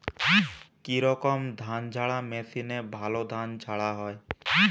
কি রকম ধানঝাড়া মেশিনে ভালো ধান ঝাড়া হয়?